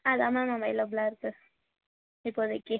அதான் மேம் அவைளபுலாக இருக்குது இப்போதைக்கு